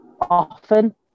Often